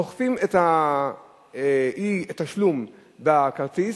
אוכפים את אי-התשלום בכרטיס,